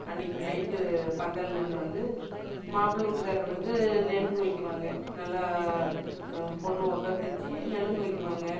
அன்னிக்கு நைட்டு பந்தல்னன்னு வந்து மாப்ளை வீட்டுக்கார்ரு வந்து நலுங்கு வய்க்குவாங்க நல்லா பொண்ணு உக்காத்து வச்சி நலுங்கு வய்க்குவாங்க